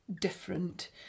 different